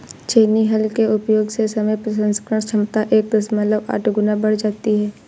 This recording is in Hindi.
छेनी हल के उपयोग से समय प्रसंस्करण क्षमता एक दशमलव आठ गुना बढ़ जाती है